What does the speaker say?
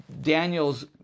Daniel's